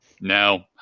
No